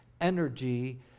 energy